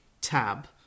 tab